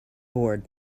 board